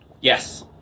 Yes